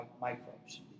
microbes